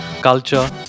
culture